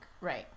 Right